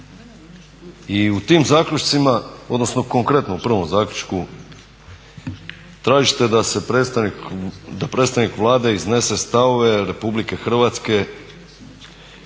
I u tim zaključcima, odnosno konkretno u prvom zaključku tražite da predstavnik Vlade iznese stavove RH odnosno